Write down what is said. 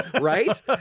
Right